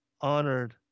honored